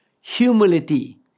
humility